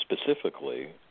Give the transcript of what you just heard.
specifically